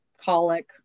colic